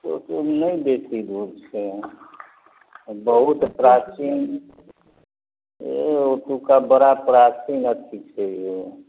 ओतऽ ने बेसी दूर छै बहुत प्राचीन ए ओतुका बड़ा प्राचीन अथी छै यौ